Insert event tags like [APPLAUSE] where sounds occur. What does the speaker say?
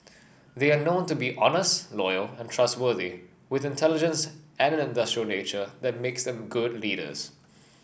they are known to be honest loyal and trustworthy with intelligence and an industrious nature that makes them good leaders [NOISE]